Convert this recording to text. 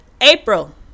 April